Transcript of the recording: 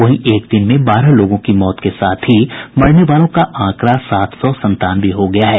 वहीं एक दिन में बारह लोगों की मौत के साथ ही मरने वालों का आंकड़ा सात सौ संतानवे हो गया है